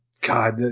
god –